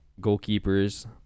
goalkeepers